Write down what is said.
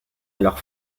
alors